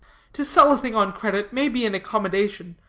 to sell a thing on credit may be an accommodation,